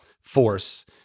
force